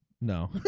No